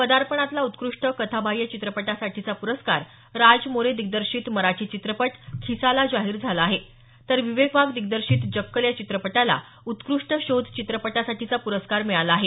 पदार्पणातला उत्कृष्ट कथाबाह्य चित्रपटासाठीचा प्रस्कार राज मोरे दिग्दर्शित मराठी चित्रपट खिसाला जाहीर झाला आहे तर विवेक वाघ दिग्दर्शित जक्कल या चित्रपटाला उत्कृष्ट शोध चित्रपटासाठीचा पुरस्कार मिळाला आहे